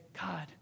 God